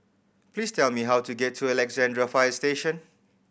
please tell me how to get to Alexandra Fire Station